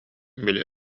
били